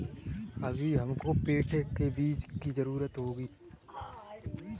अभी हमको पेठे के बीज की जरूरत होगी